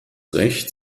recht